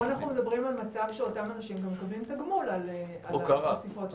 כאן אנחנו מדברים על מצב שאותם אנשים גם מקבלים תגמול על החשיפות שלהם.